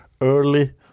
early